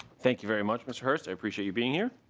thank you very much mr. hearst. appreciate you being here.